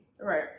Right